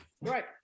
Right